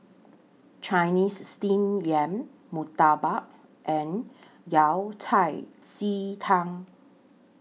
Chinese Steamed Yam Murtabak and Yao Cai Ji Tang